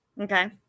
Okay